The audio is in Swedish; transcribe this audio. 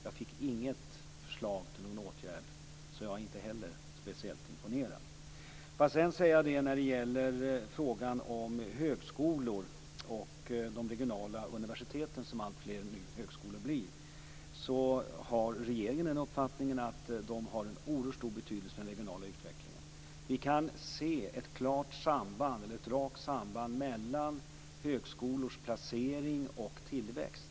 Jag fick inget förslag till någon åtgärd, så inte heller jag är speciellt imponerad. När det gäller frågan om högskolor och de regionala universiteten, som alltfler högskolor nu blir, har regeringen uppfattningen att de har en oerhört stor betydelse för den regionala utvecklingen. Vi kan se ett rakt samband mellan högskolors lokalisering och tillväxt.